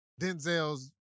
Denzel's